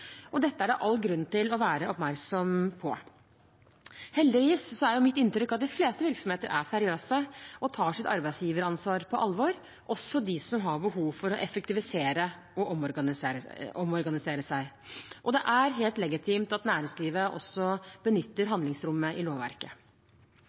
Dette er det all grunn til å være oppmerksom på. Heldigvis er mitt inntrykk at de fleste virksomheter er seriøse og tar sitt arbeidsgiveransvar på alvor, også de som har behov for å effektivisere og omorganisere seg. Og det er helt legitimt at næringslivet benytter